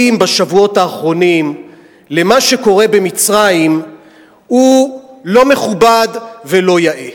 בשבועות האחרונים למה שקורה במצרים הוא לא מכובד ולא יאה.